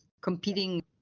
competing